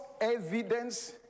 evidence